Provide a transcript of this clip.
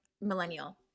millennial